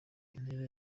intera